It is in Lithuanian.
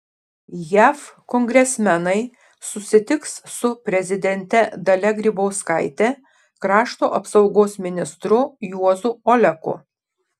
jav kongresmenai susitiks su prezidente dalia grybauskaite krašto apsaugos ministru juozu oleku